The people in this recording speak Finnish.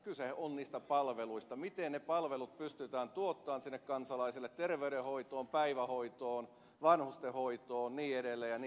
kyse on niistä palveluista siitä miten ne palvelut pystytään tuottamaan sinne kansalaisille terveydenhoidossa päivähoidossa vanhustenhoidossa ja niin edelleen